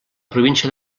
província